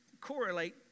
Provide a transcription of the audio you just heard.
correlate